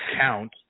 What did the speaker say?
count